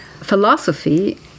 philosophy